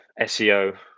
SEO